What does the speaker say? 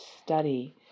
study